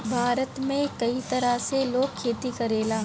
भारत में कई तरह से लोग खेती करेला